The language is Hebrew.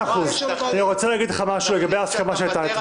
אני רוצה להגיד לך משהו לגבי ההסכמה שהייתה